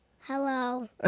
Hello